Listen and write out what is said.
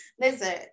listen